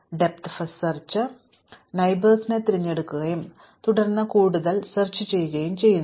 ആഴത്തിലുള്ള ആദ്യ തിരയൽ ആദ്യ അയൽക്കാരനെ തിരഞ്ഞെടുക്കുകയും തുടർന്ന് കൂടുതൽ പര്യവേക്ഷണം ചെയ്യുകയും ചെയ്യും